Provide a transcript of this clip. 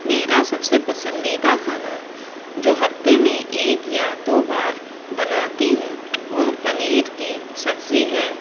میرا سب سے پسندیدہ کھانا جو ہفتے میں ایک یا دو بار بناتی ہوں وہ پنیر کی سبزی ہے